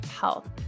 Health